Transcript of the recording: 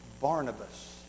Barnabas